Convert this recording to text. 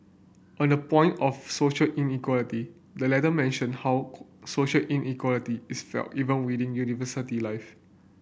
on the point of social inequality the letter mentioned how social inequality is felt even within university life